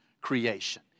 creation